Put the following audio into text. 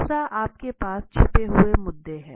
दूसरा आपके पास छिपे हुए मुद्दे हैं